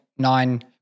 Nine